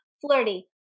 flirty